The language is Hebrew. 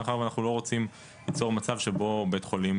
מאחר שאנחנו לא רוצים ליצור מצב שבו בית חולים